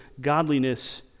godliness